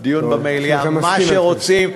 או לדיון במליאה, מה שרוצים.